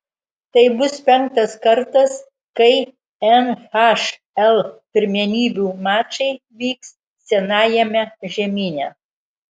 tai bus penktas kartas kai nhl pirmenybių mačai vyks senajame žemyne